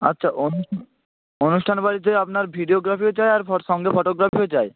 আচ্ছা অনুষ্ঠান অনুষ্ঠান বাড়িতে আপনার ভিডিওগ্রাফিটা আর সঙ্গে ফটোগ্রাফিও চাই